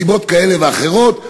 מסיבות כאלה ואחרות,